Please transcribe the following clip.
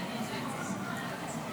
לכישלון.